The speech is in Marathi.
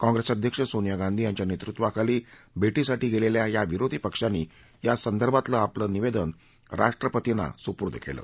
काँग्रेसअध्यक्ष सोनिया गांधी यांच्या नेतृत्वाखाली भेटीसाठी गेलेल्या या विरोधी पक्षांनी या संदर्भातलं आपलं निवेदन राष्ट्रपर्तींना सुपूर्त केलं